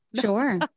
sure